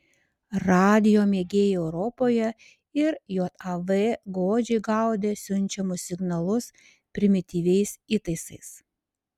radijo mėgėjai europoje ir jav godžiai gaudė siunčiamus signalus primityviais įtaisais